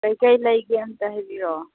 ꯀꯩꯀꯩ ꯂꯩꯒꯦ ꯑꯃꯇꯥ ꯍꯥꯏꯕꯤꯔꯛꯑꯣ